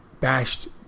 bashed